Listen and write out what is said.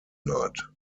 night